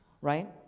right